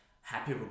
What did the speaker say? happy